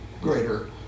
greater